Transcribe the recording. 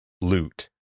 loot